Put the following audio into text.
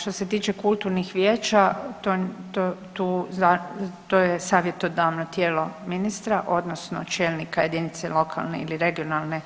Što se tiče kulturnih vijeća, to, tu, to, to je savjetodavno tijelo ministra odnosno čelnika jedinice lokalne ili regionalne